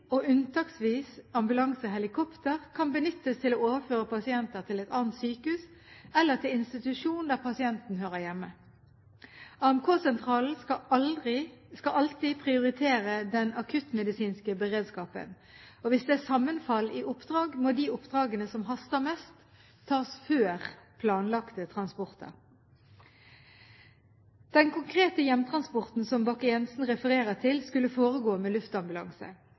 og unntaksvis ambulansehelikopter – kan benyttes til å overføre pasienter til et annet sykehus eller til institusjon der pasienten hører hjemme. AMK-sentralene skal alltid prioritere den akuttmedisinske beredskapen, og hvis det er sammenfall i oppdrag, må de oppdragene som haster mest, tas før planlagte transporter. Den konkrete hjemtransporten som Bakke-Jensen refererer til, skulle foregå med luftambulanse.